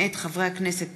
מאת חברי הכנסת